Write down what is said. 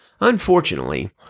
Unfortunately